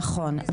נכון.